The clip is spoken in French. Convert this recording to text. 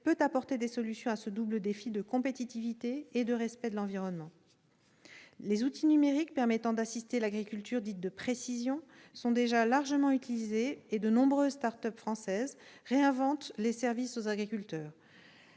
peut apporter des solutions au double défi de la compétitivité et du respect de l'environnement. Les outils numériques permettant d'assister l'agriculture dite « de précision » sont déjà largement utilisés et de nombreuses start-up françaises réinventent les services aux agriculteurs